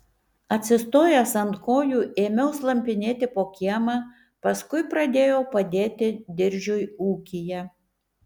atsistojęs ant kojų ėmiau slampinėti po kiemą paskui pradėjau padėti diržiui ūkyje